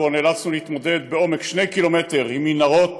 שבו נאלצנו להתמודד בעומק שני ק"מ עם מנהרות